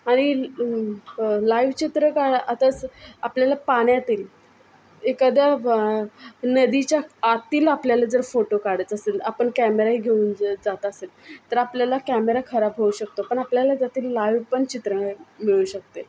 आणि लाईव चित्र काढा आता स आपल्याला पाण्यातील एखाद्या नदीच्या आतील आपल्याला जर फोटो काढायचा असेल आपण कॅमेराही घेऊन ज जात असेल तर आपल्याला कॅमेरा खराब होऊ शकतो पण आपल्याला जर ते लाईव पण चित्र मिळू शकते